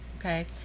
Okay